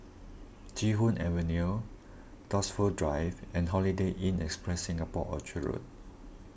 Chee Hoon Avenue Dunsfold Drive and Holiday Inn Express Singapore Orchard Road